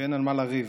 כשאין על מה לריב.